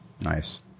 Nice